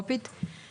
בעיריית שטוטגרט למשל.